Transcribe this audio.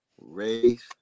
race